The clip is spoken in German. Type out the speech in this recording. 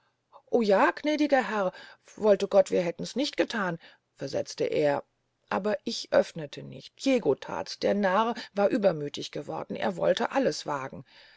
o ja gnädiger herr wolte gott wir hättens nicht gethan versetzte er aber ich öfnete sie nicht diego thats der narr war übermüthig geworden er wollte alles wagen